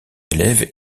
élève